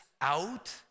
out